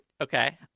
Okay